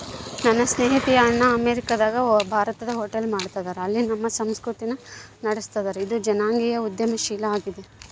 ನನ್ನ ಸ್ನೇಹಿತೆಯ ಅಣ್ಣ ಅಮೇರಿಕಾದಗ ಭಾರತದ ಹೋಟೆಲ್ ಮಾಡ್ತದರ, ಅಲ್ಲಿ ನಮ್ಮ ಸಂಸ್ಕೃತಿನ ನಡುಸ್ತದರ, ಇದು ಜನಾಂಗೀಯ ಉದ್ಯಮಶೀಲ ಆಗೆತೆ